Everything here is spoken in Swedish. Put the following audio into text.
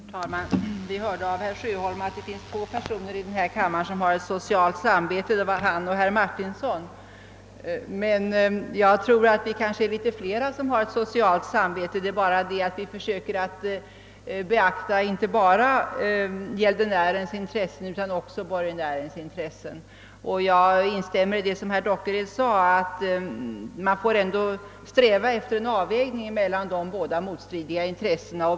Herr talman! Vi hörde av herr Sjöholm att det finns två personer i denna kammare som har socialt samvete — han och herr Martinsson. Jag tror att vi är fler som har socialt samvete, men vi försöker beakta inte bara gäldenärens utan också borgenärens intressen. Jag instämmer i vad herr Dockered sade, nämligen att man ändå får sträva efter en avvägning mellan dessa motstridiga intressen.